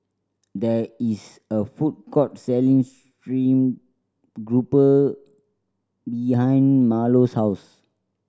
there is a food court selling steame grouper behind Marlo's house